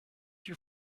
your